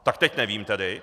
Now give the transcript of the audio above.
Tak teď nevím tedy.